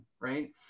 right